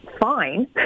fine